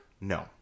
No